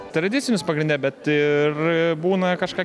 tradicinius pagrinde bet ir būna kažką